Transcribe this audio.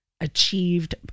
achieved